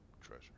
treasure